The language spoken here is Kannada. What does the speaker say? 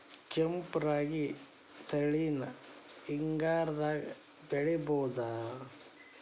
ಕೆಂಪ ರಾಗಿ ತಳಿನ ಹಿಂಗಾರದಾಗ ಬೆಳಿಬಹುದ?